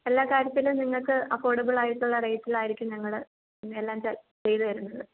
എല്ലാ കാര്യത്തിലും നിങ്ങൾക്ക് അഫോർഡബ്ൾ ആയിട്ടുള്ള റേറ്റിൽ ആയിരിക്കും ഞങ്ങൾ എല്ലാം ചെയ്ത് തരുന്നത്